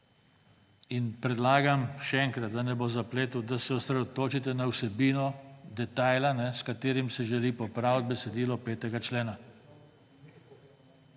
In predlagam še enkrat, da ne bo zapletov, da se osredotočite na vsebino detajla, s katerim se želi popraviti besedilo 5. člena.